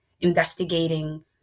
investigating